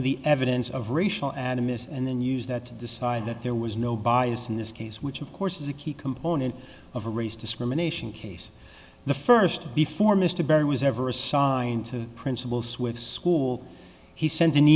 of the evidence of racial animus and then use that to decide that there was no bias in this case which of course is a key component of a race discrimination case the first before mr berry was ever assigned to principals with school he sent an